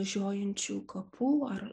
žiojinčių kapų ar